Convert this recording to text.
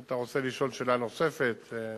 אם אתה רוצה לשאול שאלה נוספת, שאל.